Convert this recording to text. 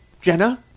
Jenna